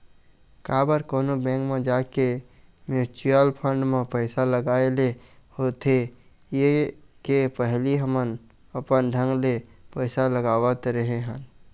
काबर कोनो बेंक म जाके म्युचुअल फंड म पइसा लगाय ले होथे ये के पहिली हमन अपन ढंग ले पइसा लगावत रेहे हन